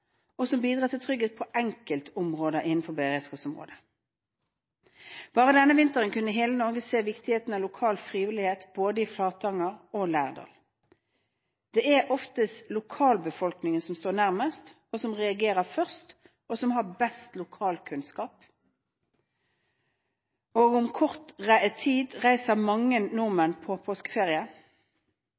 og som bidrar til trygghet på enkeltområder innenfor beredskapsområdet. Bare denne vinteren kunne hele Norge se viktigheten av den lokale frivilligheten i både Flatanger og Lærdal. Det er oftest lokalbefolkningen som står nærmest, som reagerer først, og som har best lokalkunnskap. Om kort tid reiser mange nordmenn på